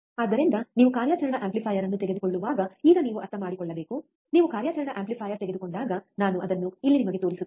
ಆದ್ದರಿಂದ ನೀವು ಕಾರ್ಯಾಚರಣಾ ಆಂಪ್ಲಿಫೈಯರ್ ಅನ್ನು ತೆಗೆದುಕೊಳ್ಳುವಾಗ ಈಗ ನೀವು ಅರ್ಥಮಾಡಿಕೊಳ್ಳಬೇಕು ನೀವು ಕಾರ್ಯಾಚರಣಾ ಆಂಪ್ಲಿಫೈಯರ್ ತೆಗೆದುಕೊಂಡಾಗ ನಾನು ಅದನ್ನು ಇಲ್ಲಿ ನಿಮಗೆ ತೋರಿಸುತ್ತೇನೆ